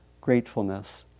Gratefulness